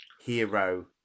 hero